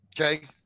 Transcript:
Okay